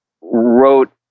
wrote